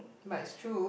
but it's true